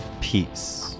peace